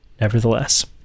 nevertheless